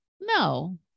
No